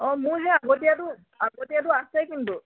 অঁ মোৰ সেই আগতীয়াটো আগতীয়াটো আছে কিন্তু